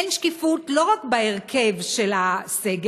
אין שקיפות לא רק בהרכב של הוועדה,